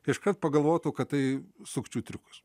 iškart pagalvotų kad tai sukčių triukas